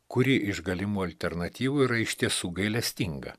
kurį iš galimų alternatyvų yra iš tiesų gailestinga